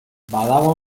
badago